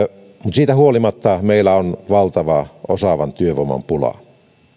siitä huolimatta meillä on valtava osaavan työvoiman pula